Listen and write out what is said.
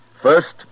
First